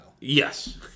Yes